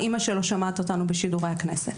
אימא שלו שומעת אותנו בשידורי הכנסת.